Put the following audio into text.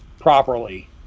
properly